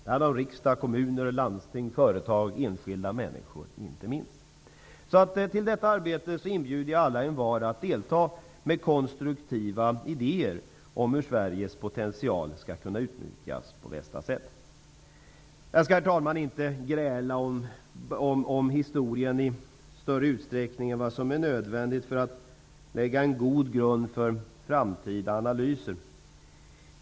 Det handlar om riksdag, regering, kommuner, landsting, företag och enskilda människor inte minst. Så till detta arbete inbjuder jag alla och envar att delta med konstruktiva idéer om hur Sveriges potential skall kunna utnyttjas på bästa sätt. Jag skall inte gräla om historien i större utsträckning än vad som är nödvändigt för att lägga en god grund för framtida analyser.